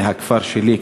מהכפר שלי,